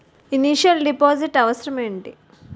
Initial deposit అవసరం ఏమిటి?